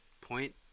point